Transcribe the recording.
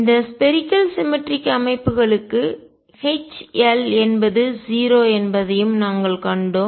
இந்த spherical symmetric கோள சமச்சீர் அமைப்புகளுக்கு H L என்பது 0 என்பதையும் நாங்கள் கண்டோம்